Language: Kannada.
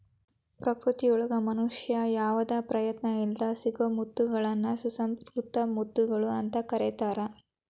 ಪ್ರಕೃತಿಯೊಳಗ ಮನುಷ್ಯನ ಯಾವದ ಪ್ರಯತ್ನ ಇಲ್ಲದ್ ಸಿಗೋ ಮುತ್ತಗಳನ್ನ ಸುಸಂಕೃತ ಮುತ್ತುಗಳು ಅಂತ ಕರೇತಾರ